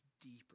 deeper